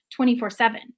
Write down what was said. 24-7